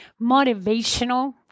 motivational